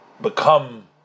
Become